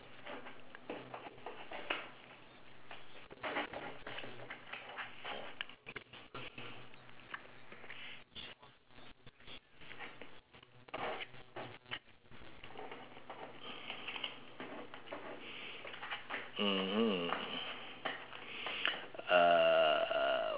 uh